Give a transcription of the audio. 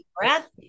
breath